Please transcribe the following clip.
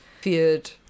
feared